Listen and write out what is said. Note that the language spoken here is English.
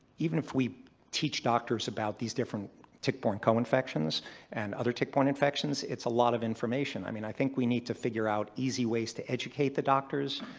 even if we teach doctors about these different tick-borne co-infections and other tick-borne infections, it's a lot of information. i mean i think we need to figure out easy ways to educate the doctors,